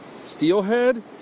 Steelhead